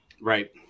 Right